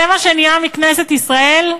זה מה שנהיה מכנסת ישראל?